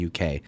uk